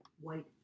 White